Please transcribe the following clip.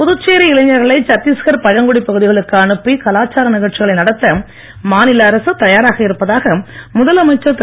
புதுச்சேரி இளைஞர்களை சத்தீஸ்கர் பழங்குடி பகுதிகளுக்கு அனுப்பி கலாச்சார நிகழ்ச்சிகளை நடத்த மாநில அரசு தயாராக இருப்பதாக முதலமைச்சர் திரு